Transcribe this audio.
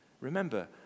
Remember